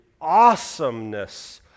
awesomeness